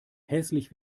hässlich